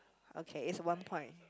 okay it's one point